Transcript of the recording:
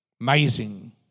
Amazing